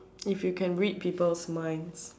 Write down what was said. if you can read people's mind